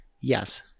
yes